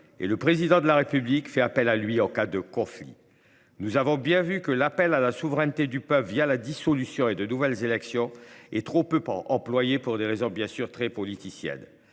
et le Président de la République fait appel à lui en cas de conflit. » Nous l’avons bien vu, l’appel à la souveraineté du peuple la dissolution et la tenue de nouvelles élections est un instrument trop peu employé, pour des raisons évidemment très politiciennes.